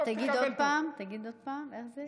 תגיד עוד פעם, איך זה?